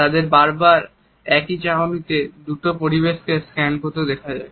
তাদের বারবার একক চাহনিতে দ্রুত পরিবেশকে স্ক্যান করতে দেখা যায়